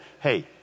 hey